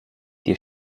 dir